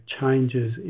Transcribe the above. changes